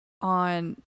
on